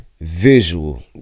visual